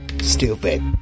Stupid